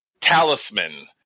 talisman